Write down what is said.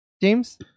James